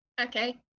Okay